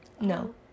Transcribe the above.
no